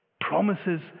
Promises